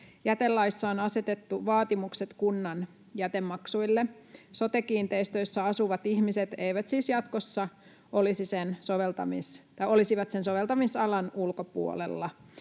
Jätelaissa on asetettu vaatimukset kunnan jätemaksuille. Sote-kiinteistöissä asuvat ihmiset olisivat siis jatkossa sen soveltamisalan ulkopuolella.